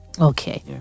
Okay